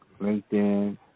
linkedin